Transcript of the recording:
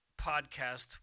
podcast